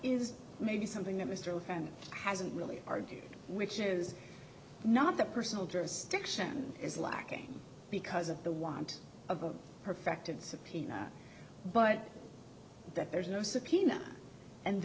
is maybe something that mr frum hasn't really argue which is not the personal jurisdiction is lacking because of the want of a perfected subpoena but that there's no subpoena and